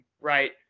right